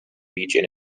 region